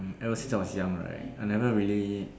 ever since I was young right I never really